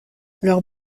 leurs